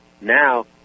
Now